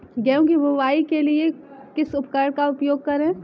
गेहूँ की बुवाई के लिए किस उपकरण का उपयोग करें?